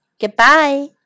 Goodbye